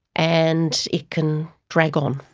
and it can drag on.